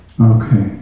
Okay